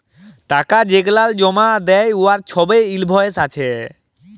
টাকা যেগলাল জমা দ্যায় উয়ার ছবই ইলভয়েস আছে